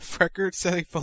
record-setting